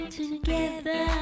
together